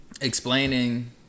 explaining